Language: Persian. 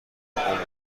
عمر